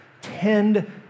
tend